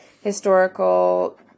historical